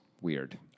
weird